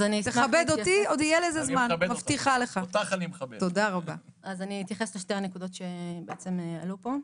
אני אתייחס לשתי הנקודות שעלו פה.